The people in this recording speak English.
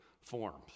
forms